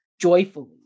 joyfully